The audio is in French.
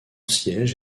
siège